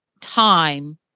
time